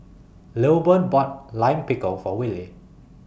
Lilburn bought Lime Pickle For Willy